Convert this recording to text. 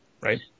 Right